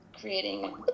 creating